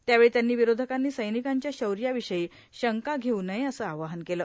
त्यावेळी त्यांनी विरोधकांनी सैनिकांच्या शौयाविषयी शंका घेऊ नये असं आवाहन केलं